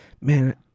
man